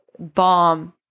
bomb